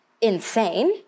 insane